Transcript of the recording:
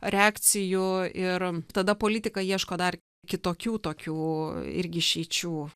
reakcijų ir tada politikai ieško dar kitokių tokių irgi išeičių